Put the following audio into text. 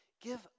Give